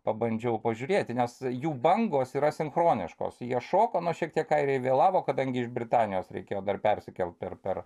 pabandžiau pažiūrėti nes jų bangos yra sinchroniškos jie šoko nu šiek tiek airiai vėlavo kadangi iš britanijos reikėjo dar persikelt per per